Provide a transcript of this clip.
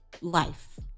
life